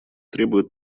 требуют